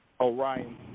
Orion